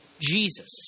Jesus